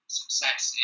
success